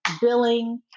billing